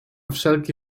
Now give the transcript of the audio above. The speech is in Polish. wszelki